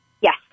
Yes